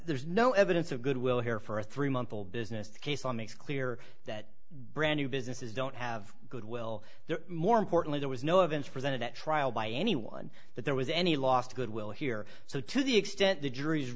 there's no evidence of goodwill here for a three month old business case on makes clear that brand new businesses don't have goodwill there more importantly there was no evidence presented at trial by anyone that there was any lost goodwill here so to the